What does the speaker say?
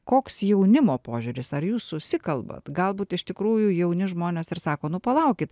koks jaunimo požiūris ar jūs susikalbat galbūt iš tikrųjų jauni žmonės ir sako nu palaukit